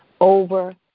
over